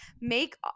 make